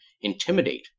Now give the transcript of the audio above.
intimidate